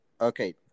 Okay